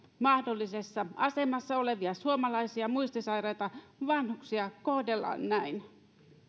mahdollisessa asemassa olevia suomalaisia muistisairaita vanhuksia kohdellaan näin